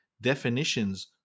definitions